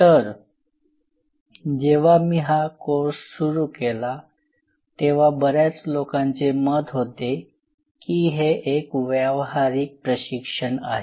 तर जेव्हा मी हा कोर्स सुरू केला तेव्हा बऱ्याच लोकांचे मत होते की हे एक व्यावहारिक प्रशिक्षण आहे